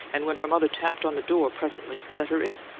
and, when her mother tapped on the door presently, let her in.